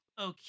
Okay